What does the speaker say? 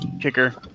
kicker